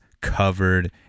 covered